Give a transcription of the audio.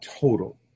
total